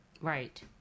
Right